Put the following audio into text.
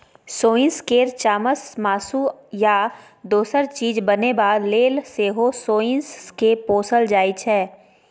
सोंइस केर चामसँ मासु या दोसर चीज बनेबा लेल सेहो सोंइस केँ पोसल जाइ छै